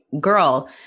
girl